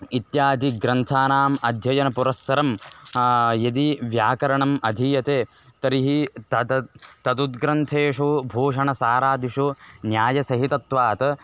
इत्यादि ग्रन्थानाम् अध्ययनपुरस्सरं यदि व्याकरणम् अधीयते तर्हि तद् तदुद् ग्रन्थेषु भूषणसारादिषु न्यायसहितत्वात्